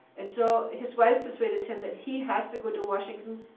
and so his wife persuaded him that he has to go to washington,